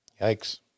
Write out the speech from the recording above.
Yikes